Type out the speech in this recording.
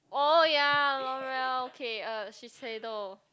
oh ya Loreal okay uh Shiseido